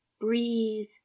breathe